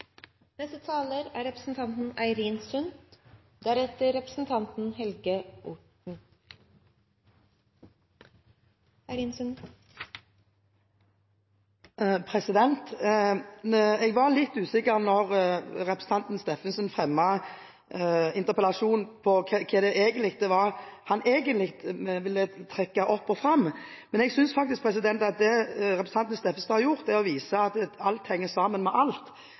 Jeg var litt usikker når representanten Steffensen fremmet interpellasjonen, på hva det var han egentlig ville trekke fram. Jeg synes at det representanten Steffensen har gjort, er å vise at alt henger sammen med alt,